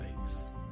face